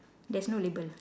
there's no label